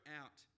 out